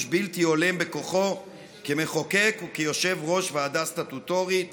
בלתי הולם בכוחו כמחוקק וכיושב-ראש ועדה סטטוטורית